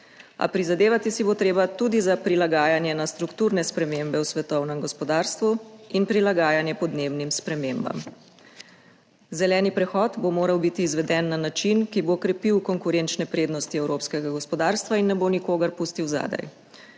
A prizadevati si bo treba tudi za prilagajanje na strukturne spremembe v svetovnem gospodarstvu in prilagajanje podnebnim spremembam. Zeleni prehod bo moral biti izveden na način, ki bo krepil konkurenčne prednosti evropskega gospodarstva in ne bo nikogar pustil zadaj.